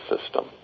system